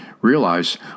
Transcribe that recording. realize